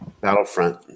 Battlefront